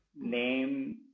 Name